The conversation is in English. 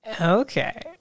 Okay